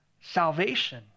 salvation